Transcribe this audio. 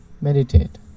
meditate